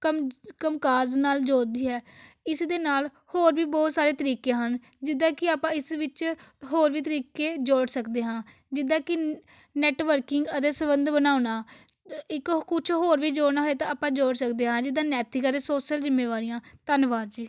ਕਮ ਕੰਮਕਾਜ ਨਾਲ ਜੋੜਦੀ ਹੈ ਇਸ ਦੇ ਨਾਲ ਹੋਰ ਵੀ ਬਹੁਤ ਸਾਰੇ ਤਰੀਕੇ ਹਨ ਜਿੱਦਾਂ ਕਿ ਆਪਾਂ ਇਸ ਵਿੱਚ ਹੋਰ ਵੀ ਤਰੀਕੇ ਜੋੜ ਸਕਦੇ ਹਾਂ ਜਿੱਦਾਂ ਕਿ ਨੈਟਵਰਕਿੰਗ ਅਤੇ ਸੰਬੰਧ ਬਣਾਉਣਾ ਇੱਕ ਕੁਛ ਹੋਰ ਵੀ ਜੋੜਨਾ ਹੋਏ ਤਾਂ ਆਪਾਂ ਜੋੜ ਸਕਦੇ ਹਾਂ ਜਿੱਦਾਂ ਨੈਤਿਕ ਅਤੇ ਸੋਸ਼ਲ ਜਿੰਮੇਵਾਰੀਆਂ ਧੰਨਵਾਦ ਜੀ